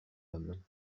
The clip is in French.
homme